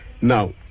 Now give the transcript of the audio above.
Now